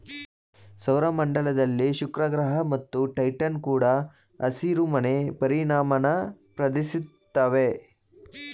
ಸೌರ ಮಂಡಲದಲ್ಲಿ ಶುಕ್ರಗ್ರಹ ಮತ್ತು ಟೈಟಾನ್ ಕೂಡ ಹಸಿರುಮನೆ ಪರಿಣಾಮನ ಪ್ರದರ್ಶಿಸ್ತವೆ